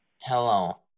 Hello